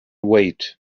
wait